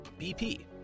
BP